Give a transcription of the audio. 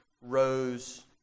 rose